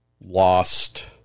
lost